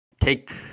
Take